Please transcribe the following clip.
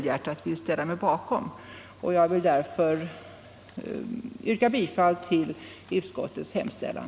Jag vill därför yrka bifall till utskottets hemställan.